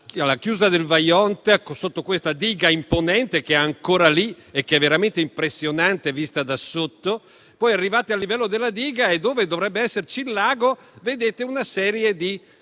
la chiusa del Vajont sotto quella diga imponente che è ancora lì e che è veramente impressionante vista da sotto. Poi, arrivati a livello della diga, dove dovrebbe esserci il lago vedete una serie di colline